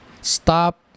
Stop